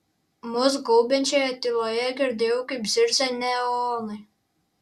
mus gaubiančioje tyloje girdėjau kaip zirzia neonai